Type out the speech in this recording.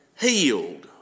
healed